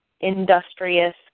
industrious